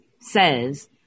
says